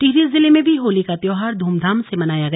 टिहरी जिले में भी होली का त्योहार ध्रमधाम से मनाया गया